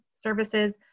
services